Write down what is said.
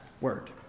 word